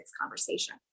conversation